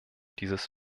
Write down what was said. dieses